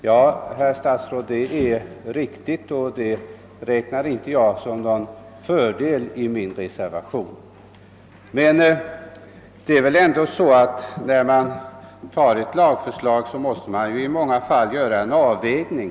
Ja, herr statsråd, det är riktigt, och det räknar jag inte som någon fördel i min reservation, men när man antar ett lagförslag måste man i många fall göra en avvägning.